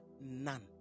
None